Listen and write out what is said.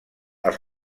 als